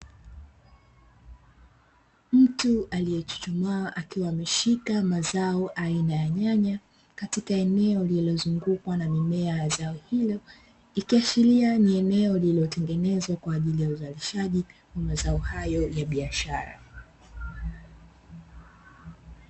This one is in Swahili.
Mtu aliyechuchumaa akiwa ameshika mazao aina ya nyanya, katika eneo lililozungukwa na mimea ya zao hilo, ikiashiria ni eneo ambalo limetengenezwa kwa ajili ya uzalishaji wa mazao haya ya biashara.